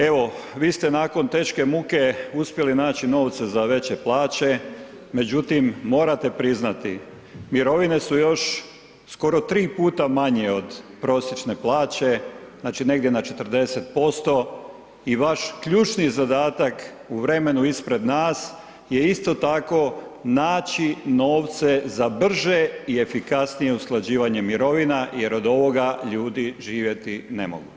Evo vi ste nakon teške muke uspjeli naći novce za veće plaće međutim morate priznati, mirovine su još skoro 3 puta manje od prosječne plaće, znači negdje na 40% i vaš ključni zadatak u vremenu ispred nas je isto tako naći novce za brže i efikasnije usklađivanje mirovina jer ovoga ljudi živjeti ne mogu.